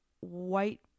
white